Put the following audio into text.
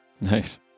Nice